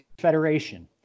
federation